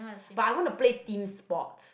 but I want to play team sports